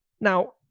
Now